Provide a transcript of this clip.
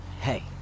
hey